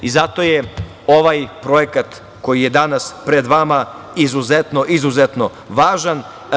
Zato je ovaj projekat, koji je danas pred vama, izuzetno, izuzetno važan.